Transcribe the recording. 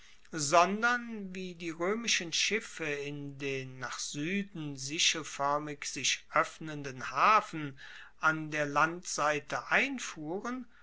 sondern wie die roemischen schiffe in den nach sueden sichelfoermig sich oeffnenden hafen an der landseite einfuhren